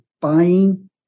buying